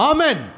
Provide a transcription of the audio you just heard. Amen